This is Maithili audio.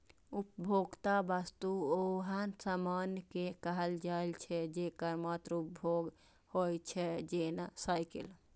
उपभोक्ता वस्तु ओहन सामान कें कहल जाइ छै, जेकर मात्र उपभोग होइ छै, जेना साइकिल